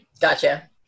Gotcha